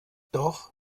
doch